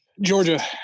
Georgia